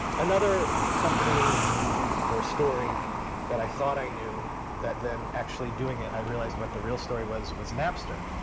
another company or story that i thought i knew that then actually doing it i realized what the real story was was napster.